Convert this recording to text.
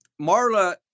marla